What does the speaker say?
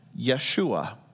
Yeshua